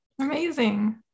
Amazing